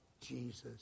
Jesus